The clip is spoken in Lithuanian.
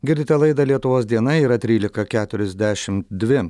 girdite laidą lietuvos diena yra trylika keturiasdešim dvi